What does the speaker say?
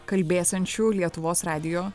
kalbėsiančių lietuvos radijo